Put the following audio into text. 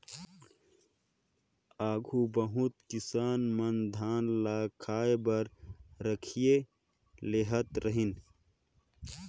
आघु बहुत किसान मन धान ल खाए बर राखिए लेहत रहिन